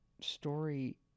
story